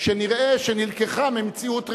שנראה שנלקחה ממציאות ריאלית.